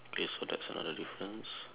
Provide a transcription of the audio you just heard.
okay so that's another difference